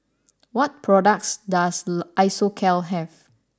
what products does Isocal have